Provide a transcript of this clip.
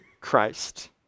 Christ